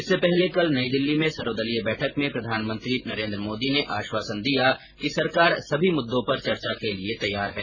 इससे पहले कल नई दिल्ली में सर्वदलीय बैठक में प्रधानमंत्री नरेन्द्र मोदी ने आश्वासन दिया कि सरकार सभी मुद्दों पर चर्चा के लिए तैयार है